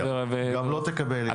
גם לא תקבל יותר.